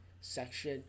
section